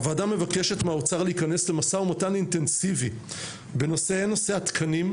הוועדה מבקשת מהאוצר להיכנס למשא ומתן אינטנסיבי בנושא התקני,